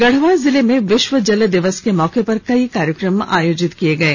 गढ़वा जिले में विश्व जल दिवस के मौके पर कई कार्यक्रम आयोजित किये गये